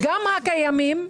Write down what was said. וגם הקיימים,